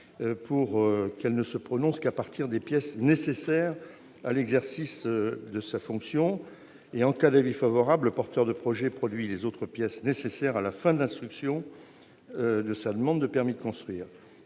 ne doivent se prononcer qu'à partir des pièces nécessaires à l'exercice de leurs fonctions. En cas d'avis favorable, le porteur de projet produit les autres pièces nécessaires à la fin de l'instruction de sa demande de permis de construire.